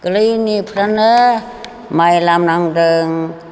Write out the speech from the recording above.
गोरलैनिफ्रायनो माइ लामनांदों